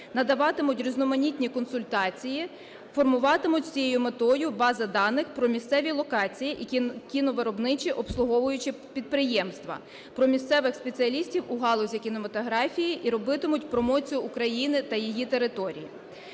надаватимуть різноманітні консультації, формуватимуть з цією метою бази даних про місцеві локації і кіновиробничі обслуговуючі підприємства про місцевих спеціалістів у галузі кінематографії і робитимуть промоцію України та її територій.